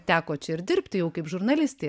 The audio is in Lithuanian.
teko čia ir dirbti jau kaip žurnalistei